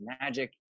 magic